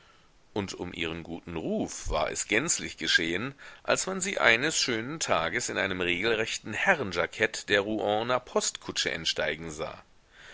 und um ihren guten ruf war es gänzlich geschehen als man sie eines schönen tages in einem regelrechten herrenjackett der rouener postkutsche entsteigen sah